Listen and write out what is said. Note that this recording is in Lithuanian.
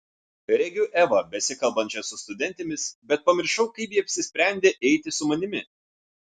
regiu evą besikalbančią su studentėmis bet pamiršau kaip ji apsisprendė eiti su manimi